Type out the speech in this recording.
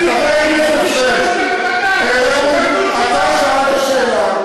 אתה שאלת שאלה,